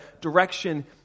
direction